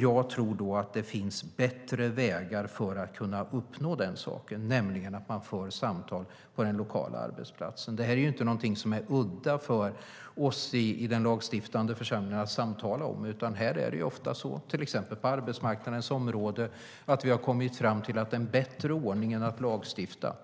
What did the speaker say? Jag tror att det finns bättre vägar för att uppnå den saken, nämligen att man för samtal på den lokala arbetsplatsen. Det här är inte någonting som är udda för oss i den lagstiftande församlingen att samtala om, utan det är ofta så, till exempel på arbetsmarknadens område, att vi har kommit fram till att en bättre ordning än att lagstifta